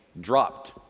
dropped